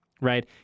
right